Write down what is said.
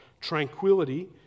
tranquility